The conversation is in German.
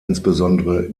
insbesondere